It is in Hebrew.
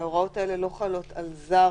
הרי ההוראות האלה לא חלות על זר